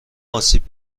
آسیب